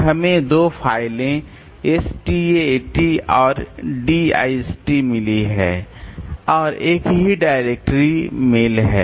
तो हमें दो फाइलें stat और dist मिली हैं और एक और डायरेक्टरी मेल है